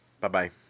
Bye-bye